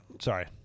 Sorry